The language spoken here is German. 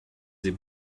sie